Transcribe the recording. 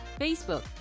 Facebook